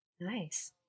Nice